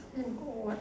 forgot what